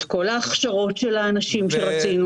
את כל ההכשרות של האנשים שרצינו.